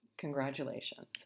Congratulations